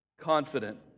confident